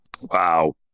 Wow